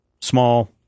small